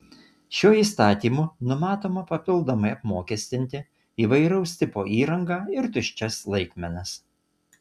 šiuo įstatymu numatoma papildomai apmokestinti įvairaus tipo įrangą ir tuščias laikmenas